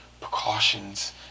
precautions